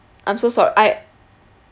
I'm so sor~ I